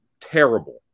terrible